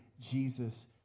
Jesus